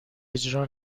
اجرا